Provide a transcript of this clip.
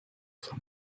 von